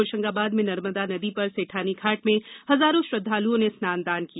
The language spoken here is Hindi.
होशंगाबाद के नर्मदा नदी पर सेठानी घाट में हजारों श्रद्धालुओं ने स्नान दान किया